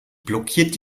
blockiert